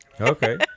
Okay